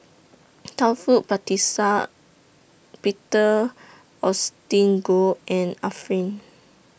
Taufik Batisah Peter Augustine Goh and Arifin